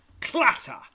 Clatter